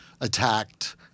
attacked